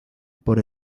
por